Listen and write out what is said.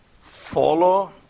follow